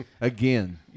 Again